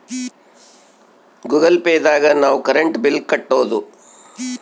Google Pay ದಾಗ ನಾವ್ current bill ಕಟ್ಟೋದು